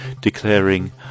declaring